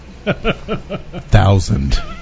Thousand